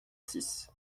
six